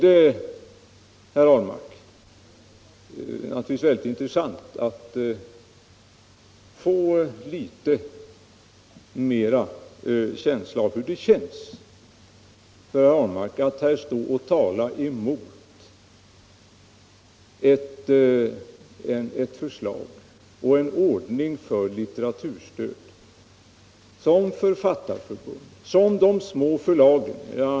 Sedan vore det mycket intressant, herr Ahlmark, att få en litet bättre inblick i hur det känns för herr Ahlmark att stå här och tala emot ett förslag och en ordning för litteraturstödet som Författarförbundet och de små förlagen har sagt ja till.